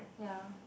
ya